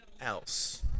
else